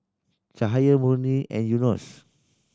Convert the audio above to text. Cahaya Murni and Yunos